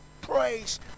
praise